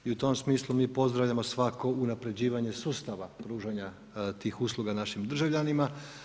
I u tom smislu mi pozdravljamo svako unapređivanje sustava pružanja tih usluga našim državljanima.